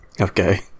okay